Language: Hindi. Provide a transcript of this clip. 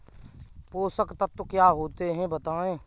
पोषक तत्व क्या होते हैं बताएँ?